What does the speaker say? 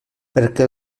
perquè